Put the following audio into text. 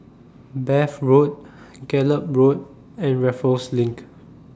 Bath Road Gallop Road and Raffles LINK